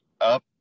up